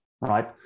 right